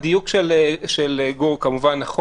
הדיוק של גור הוא נכון.